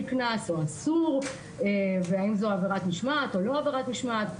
קנס או אסור והאם זו עבירת משמעת או לא עבירת משמעת,